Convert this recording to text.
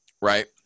right